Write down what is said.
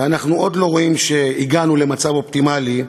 אנחנו עוד לא רואים שהגענו למצב האופטימלי,